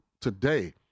today